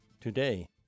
Today